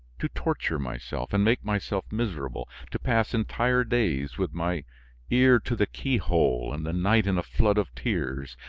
to torture myself and make myself miserable, to pass entire days with my ear to the keyhole and the night in a flood of tears,